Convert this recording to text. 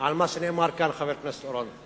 על מה שנאמר כאן, חבר הכנסת אורון.